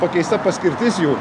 pakeista paskirtis jų